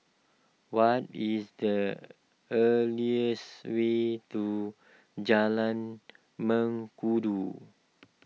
what is the earliest way to Jalan Mengkudu